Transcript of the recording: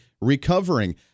recovering